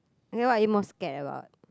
okay what are you most scared about